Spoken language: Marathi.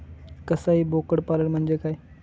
कसाई बोकड पालन म्हणजे काय?